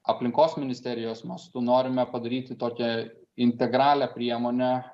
aplinkos ministerijos mastu norime padaryti tokią integralią priemonę